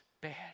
bad